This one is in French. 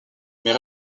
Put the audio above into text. mais